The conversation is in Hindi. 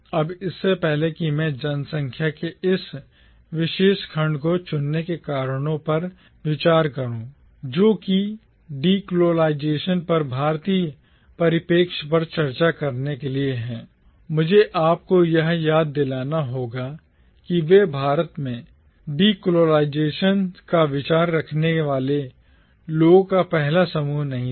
अब इससे पहले कि मैं जनसंख्या के इस विशेष खंड को चुनने के कारणों पर विचार करूं जो कि डिकोलोनाइजेशन पर भारतीय परिप्रेक्ष्य पर चर्चा करने के लिए है मुझे आपको यह याद दिलाना होगा कि वे भारत में डीकोलाइजेशन का विचार रखने वाले लोगों का पहला समूह नहीं थे